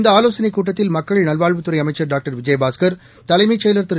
இந்த ஆலோசனைக் கூட்டத்தில் மக்கள் நல்வாழ்வுத்துறை அமைச்சர் டாக்டர் விஜயபாஸ்கர் தலைமைச் செயலர் திரு